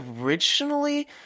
originally